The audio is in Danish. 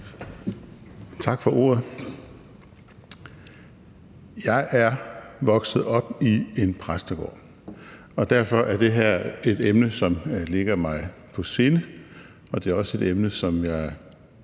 Tak for ordet. Jeg er vokset op i præstegård, og derfor er det her et emne, som ligger mig på sinde, og det er også et emne, som jeg